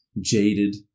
jaded